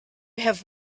have